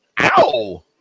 Ow